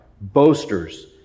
boasters